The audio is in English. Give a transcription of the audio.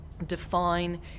Define